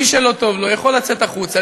מי שלא טוב לו יכול לצאת החוצה,